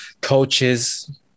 coaches